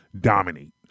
dominate